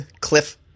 Cliff